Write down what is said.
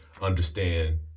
understand